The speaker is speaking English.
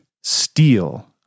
steal